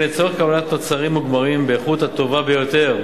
לצורך קבלת תוצרים מוגמרים באיכות הטובה ביותר.